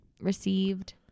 received